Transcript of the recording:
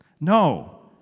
No